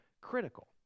critical